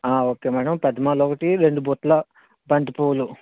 okay madam పెద్ద మాలొకటి రెండు బుట్ల బంతి పువ్వులు